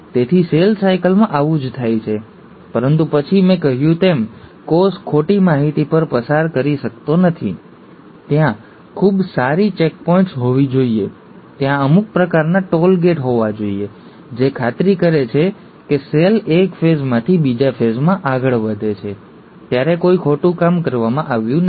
તેથી સેલ સાયકલમાં આવું જ થાય છે પરંતુ પછી મેં કહ્યું તેમ કોષ ખોટી માહિતી પર પસાર કરી શકતો નથી તેથી ત્યાં ખૂબ સારી ચેકપોઇન્ટ્સ હોવી જોઈએ ત્યાં અમુક પ્રકારના ટોલ ગેટ હોવા જોઈએ જે ખાતરી કરે છે કે સેલ એક ફેઝમાંથી બીજા ફેઝમાં આગળ વધે છે ત્યારે કોઈ ખોટું કામ કરવામાં આવ્યું નથી